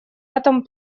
этом